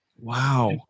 Wow